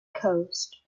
coast